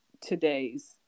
today's